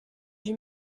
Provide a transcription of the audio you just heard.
huit